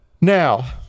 Now